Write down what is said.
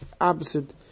opposite